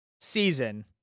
Season